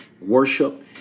worship